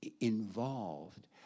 involved